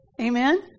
Amen